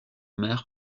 mer